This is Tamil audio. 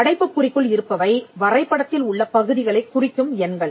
அடைப்புக்குறிக்குள் இருப்பவை வரைபடத்தில் உள்ள பகுதிகளைக் குறிக்கும் எண்கள்